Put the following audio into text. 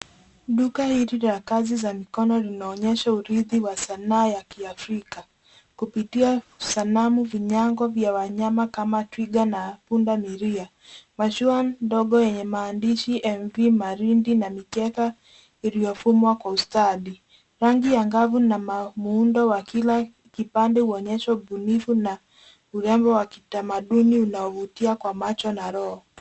Duka hili la kazi za mikono linaonyesha urithi wa sanaa ya Kiafrika. Kupitia sanamu, vinyago vya wanyama kama twiga na pundamilia. Mashua ndogo yenye maandishi MV Malindi na mikeka iliyofumwa kwa ustadi. Rangi angavu na muundo wa kila kipande huonyesha ubunifu na urembo wa kitamaduni unaovutia kwa macho na roho.